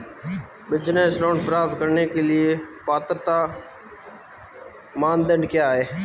Business loan प्राप्त करने के लिए पात्रता मानदंड क्या हैं?